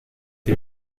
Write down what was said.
die